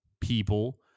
people